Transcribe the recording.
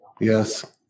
Yes